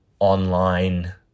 online